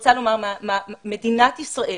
מדינת ישראל